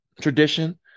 tradition